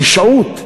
רשעות,